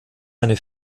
eine